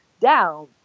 down